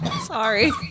sorry